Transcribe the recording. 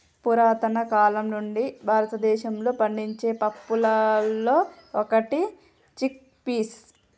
పురతన కాలం నుండి భారతదేశంలో పండించే పప్పులలో ఒకటి చిక్ పీస్